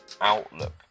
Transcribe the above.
outlook